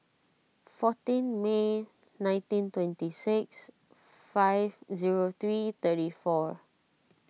fourteen May nineteen twenty six five zero three thirty four